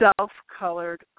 self-colored